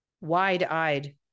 wide-eyed